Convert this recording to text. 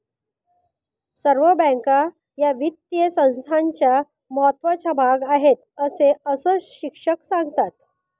सर्व बँका या वित्तीय संस्थांचा महत्त्वाचा भाग आहेत, अस शिक्षक सांगतात